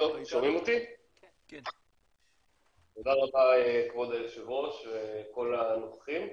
תודה רבה, כבוד היושב ראש וכל הנוכחים.